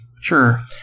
Sure